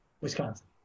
Wisconsin